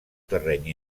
terreny